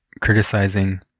criticizing